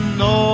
no